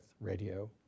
radio